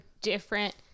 different